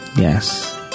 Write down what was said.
yes